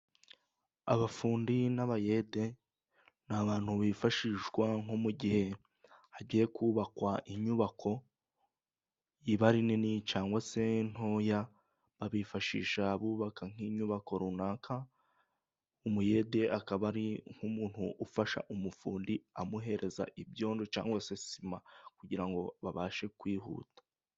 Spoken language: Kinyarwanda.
Abafundi n'abayede ni abantu bifashishwa nko mu gihe hagiye kubakwa inyubako iba ari nini cyangwa se ntoya. Babifashisha bubaka nk'inyubako runaka. Umuyede akaba ari nk'umuntu ufasha umufundi amuhereza ibyondo cyangwa sima kugira ngo babashe kwihuta.